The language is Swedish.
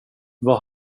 vad